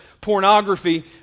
pornography